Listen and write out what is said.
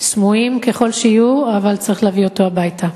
סמויים ככל שיהיו, אבל צריך להביא אותו הביתה.